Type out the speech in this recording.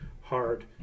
hard